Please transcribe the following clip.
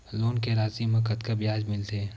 Loan के राशि मा कतका ब्याज मिलथे?